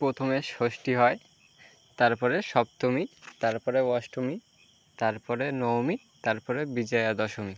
প্রথমে ষষ্ঠী হয় তারপরে সপ্তমী তারপরে অষ্টমী তারপরে নবমী তারপরে বিজয়া দশমী